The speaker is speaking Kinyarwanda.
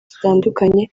zitandukanye